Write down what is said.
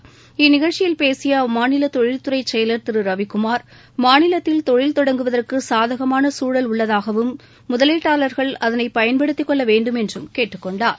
இ இந்நிகழ்ச்சியில் பேசிய அம்மாநில தொழில்துறை செயலர் திரு ரவிகுமார் மாநிலத்தில் தொழில் தொடங்குவதற்கு சாதகமான சூழல் உள்ளதாகவும் முதலீட்டாளர்கள் அதனை பயன்படுத்தி கொள்ள வேண்டும் என்று கேட்டுக்கொண்டார்